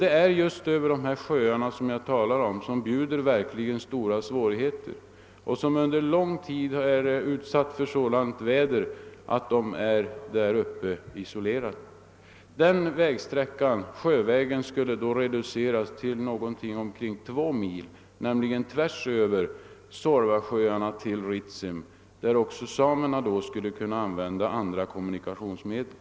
Det är just en färd över de sjöar som jag förut talat om och som verkligen bjuder stora svårigheter; under lång tid är också sjöarna utsatta för sådant väder att man där uppe är isolerad. Sjövägen skulle reduceras till ungefär två mil, nämligen tvärs över Suorvasjöarna till Ritsem, om samerna där skulle kunna använda andra kommunikationsmedel.